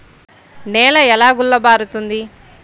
నేల ఎలా గుల్లబారుతుంది?